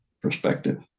perspective